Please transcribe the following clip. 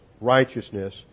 righteousness